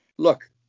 Look